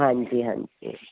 ਹਾਂਜੀ ਹਾਂਜੀ